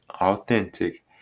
authentic